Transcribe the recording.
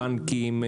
בנקים,